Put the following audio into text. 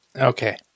Okay